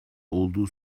olduğu